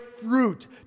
fruit